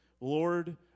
Lord